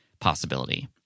possibility